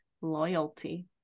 loyalty